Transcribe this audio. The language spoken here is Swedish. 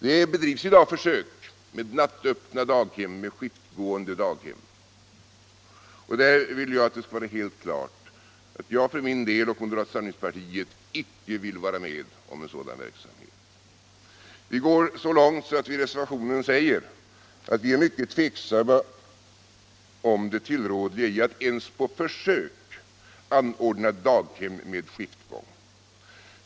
Det bedrivs i dag försök med nattöppna och skiftgående daghem. Men jag vill att det skall vara helt klart att jag och moderata samlingspartiet inte vill vara med om en sådan verksamhet. Vi går så långt i reservationen att vi säger att vi tvivlar mycket på om det tillrådliga i att ens på försök anordna daghemsverksamhet med skiftgång.